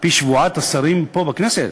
על-פי שבועת השרים פה בכנסת,